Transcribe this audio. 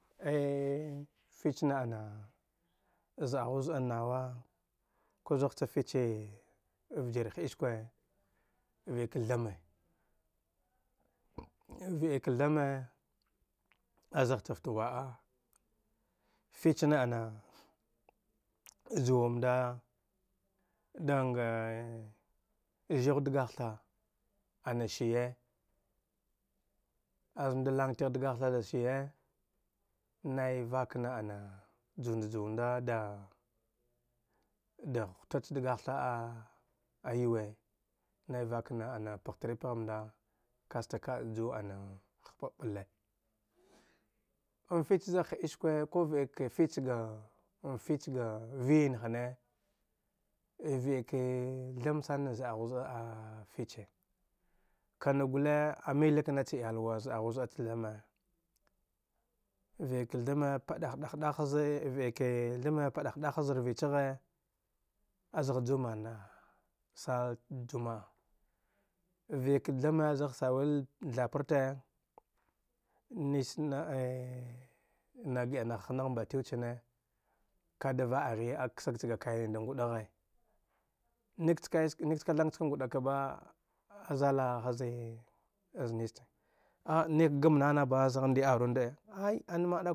A fich na ana z’a ghu z’a nawa ku zagh cha fiche vjir ha’iskwe va’ik thame va’ik thame azaah chafta ahwa’a fich na ana juwannda dangai zighu dkahtha ana shiye az nda i ang tigh da gah tha da shiye nai vak na ana junda juwa nda da da hut cha dgatha a yuwe nai vak na ana pagh tri pghamnda kasta ka’a ju ana hpa’a ɓale, anifich zagh ha’ iske ku va ikee am fich ga am fich ga viyin hne a va’ikee tham sana z’a ghu z’a kuma gule a mili ka naacha iyalwa za ghu z’a chan thame va’ik thame paɗah vah ɗah zi va’ike thame paɗah ɗah haz evichaghe azagh jumana sal cha jua’a va’ik thame zagh sawil da thaparte nisna na hna mba tiw chane ka ɗa va aghi a ksaa cha ga kai na da ngu vathe nik cha kathang chiki nguɗaka ba azala hazee az nis che ay nik gam nana ba zagh ndi aru ndi’ a ay an maɗa kunana